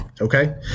Okay